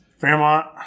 Fairmont